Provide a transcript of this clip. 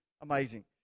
amazing